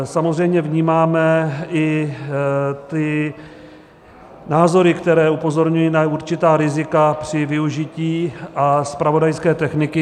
Samozřejmě vnímáme i ty názory, které upozorňují na určitá rizika při využití zpravodajské techniky.